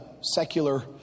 secular